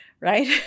right